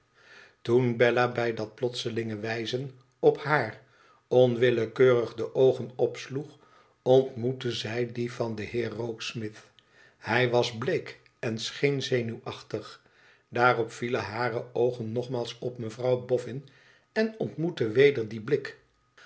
toen bella bij dat plotselinge wijzen op haar onwillekeurig de oogen opsloeg ontmoette zij die van den heer rokesmith hij was bleek en scheen zenuwachtig daarop vielen hare oogen nogmaals op mevrouw boffin en ontmoette weder dien blik